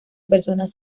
personas